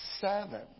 seven